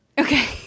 Okay